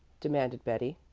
demanded betty.